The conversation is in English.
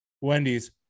wendy's